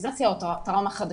ורה-טראומטיזציה או טראומה חדשה.